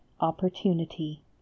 opportunity